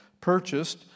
purchased